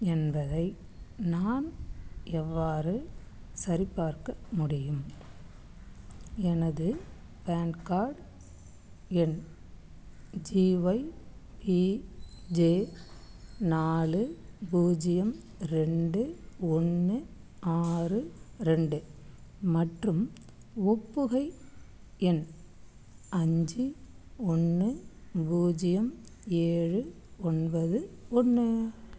என்பதை நான் எவ்வாறு சரிபார்க்க முடியும் எனது பான் கார்டு எண் ஜிஒய்விஜே நாலு பூஜ்யம் ரெண்டு ஒன்று ஆறு ரெண்டு மற்றும் ஒப்புகை எண் அஞ்சு ஒன்று பூஜ்யம் ஏழு ஒன்பது ஒன்று